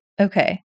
Okay